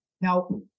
Now